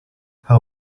how